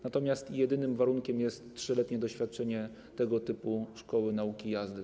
Natomiast jedynym warunkiem jest 3-letnie doświadczenie w zakresie tego typu szkoły nauki jazdy.